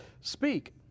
speak